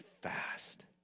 fast